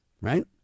right